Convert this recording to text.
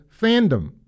fandom